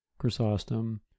chrysostom